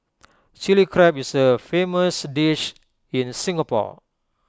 Chilli Crab is A famous dish in Singapore